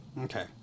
okay